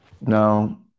Now